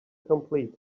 complete